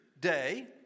day